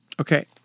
Okay